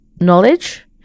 knowledge